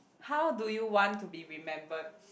how do you want to be remembered